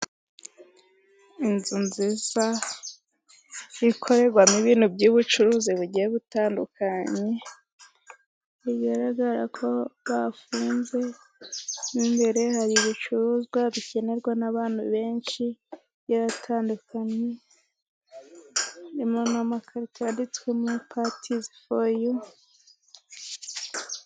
Inzu nziza ikorerwamo ibintu by'ubucuruzi bigiye butandukanye, bigaragara ko bafunze imbere hari ibicuruzwa bikenerwa n'abantu benshi biba bitandukanye. imakarito yabitswemo pozitivo.